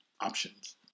options